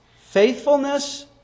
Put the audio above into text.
Faithfulness